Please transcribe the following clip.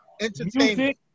Entertainment